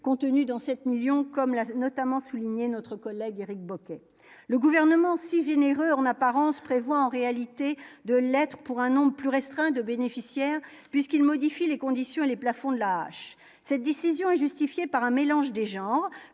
contenues dans 7 millions comme l'a notamment souligné notre collègue Éric Bocquet le gouvernement 6 une erreur en apparence prévoit en réalité de l'être pour un nombre plus restreint de bénéficiaires puisqu'il modifie les conditions et les plafonds de lâches c'est décision justifiée par un mélange des genres,